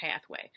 pathway